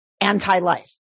anti-life